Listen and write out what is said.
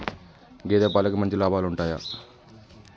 గేదే పాలకి మంచి లాభాలు ఉంటయా?